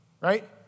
right